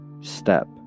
Step